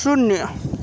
शून्य